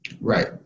Right